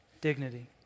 Dignity